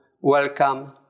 welcome